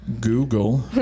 Google